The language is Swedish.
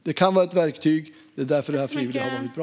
Det kan vara ett verktyg, och det är därför förbudet har varit bra.